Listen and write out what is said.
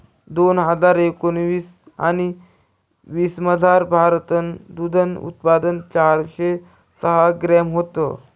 दोन हजार एकोणाविस आणि वीसमझार, भारतनं दूधनं उत्पादन चारशे सहा ग्रॅम व्हतं